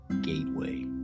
gateway